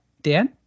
Dan